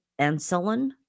insulin